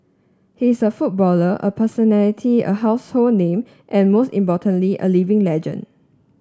he is a footballer a personality a household name and most importantly a living legend